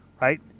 right